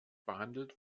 behandelt